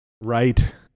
Right